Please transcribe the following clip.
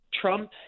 Trump